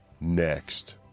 Next